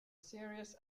serious